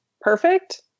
perfect